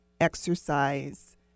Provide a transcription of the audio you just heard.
exercise